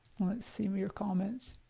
let's see your comments.